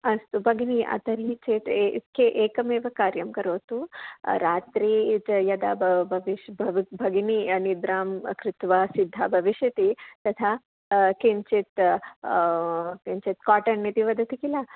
अस्तु भगिनी तर्हि चेत् एकं एकमेव कार्यं करोतु रात्री इदं यदा भव भवति भवति भगिनी निद्रां कृत्वा सिद्धा भविष्यति तथा किञ्चित् किञ्चित् काटन् इति वदति किल